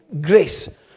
grace